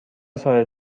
ساده